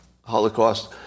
Holocaust